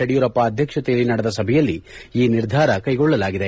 ಯಡಿಯೂರಪ್ಪ ಅಧ್ಯಕ್ಷತೆಯಲ್ಲಿ ನಡೆದ ಸಭೆಯಲ್ಲಿ ಈ ನಿರ್ಧಾರ ಕೈಗೊಳ್ಳಲಾಗಿದೆ